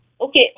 Okay